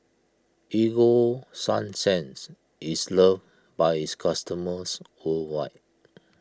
Ego Sunsense is loved by its customers worldwide